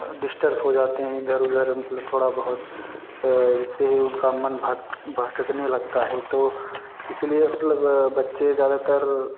disturb हो जाते हैं इधर उधर मतलब थोड़ा बहुत इससे उनका मन भट भटकने लगता है तो इसलिए मतलब बच्चे ज़्यादातर